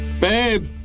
Babe